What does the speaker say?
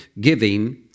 giving